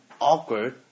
awkward